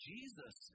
Jesus